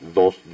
dos